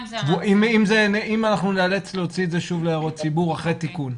אם אנחנו ניאלץ להוציא את זה שוב להערות ציבור אחרי תיקון.